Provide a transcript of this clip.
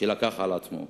שקיבל על עצמו,